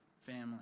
family